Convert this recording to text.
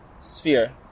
sphere